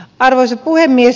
arvoisa puhemies